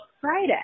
Friday